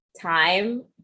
time